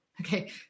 okay